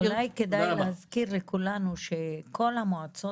אולי כדאי להזכיר לכולנו שכל המועצות